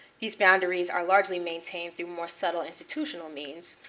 these boundaries are largely maintained through more subtle institutional means,